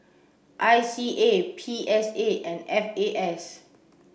I C A P S A and F A S